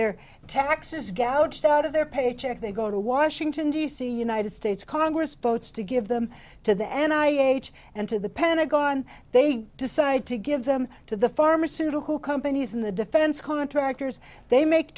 their taxes gouged out of their paycheck they go to washington d c united states congress votes to give them to the end i h and to the pentagon they decide to give them to the pharmaceutical companies and the defense contractors they make